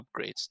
upgrades